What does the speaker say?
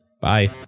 Bye